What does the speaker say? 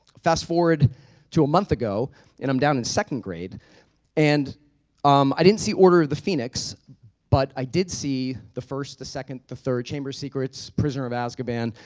fast forward to a month ago and i'm down in second grade and um i didn't see order of the phoenix but i did see the first, the second, the third, chamber of secrets, prisoner of azkaban,